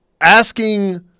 Asking